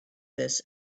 this